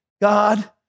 God